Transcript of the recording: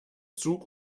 zug